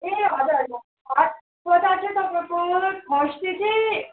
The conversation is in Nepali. ए हजुर हजुर हाट बजार चाहिँ तपाईँको थर्सडे चाहिँ